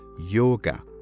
yoga